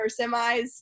semis